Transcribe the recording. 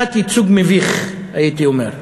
תת-ייצוג מביך, הייתי אומר.